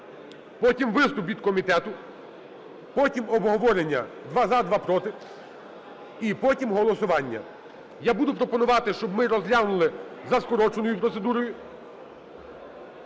потім виступ від комітету, потім обговорення "два – за, два – проти", і потім – голосування. Я буду пропонувати, щоб ми розглянули за скороченою процедурою.